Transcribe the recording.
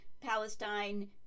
Palestine